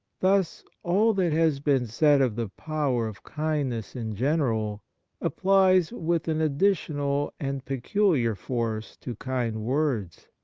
thus, all that has been said of the power of kindness in general applies with an additional and peculiar force to kind words.